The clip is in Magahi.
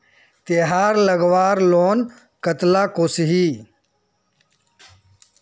तेहार लगवार लोन कतला कसोही?